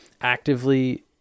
actively